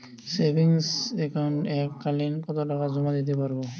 Savings একাউন্টে এক কালিন কতটাকা জমা দিতে পারব?